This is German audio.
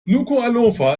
nukuʻalofa